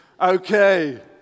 Okay